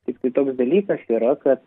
tiktai toks dalykas yra kad